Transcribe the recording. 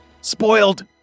spoiled